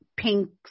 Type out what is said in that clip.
pinks